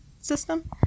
system